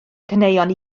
caneuon